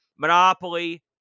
Monopoly